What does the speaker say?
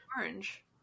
Orange